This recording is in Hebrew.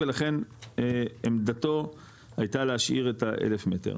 ולכן עמדתו הייתה להשאיר את ה-1,000 מטר.